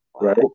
right